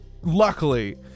luckily